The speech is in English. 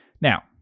Now